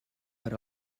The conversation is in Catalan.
per